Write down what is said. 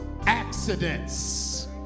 accidents